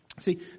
See